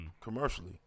commercially